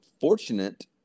fortunate